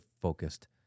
focused